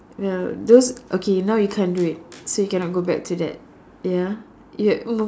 ya those okay now you can't do it so you cannot go back to that ya you had